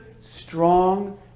strong